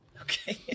okay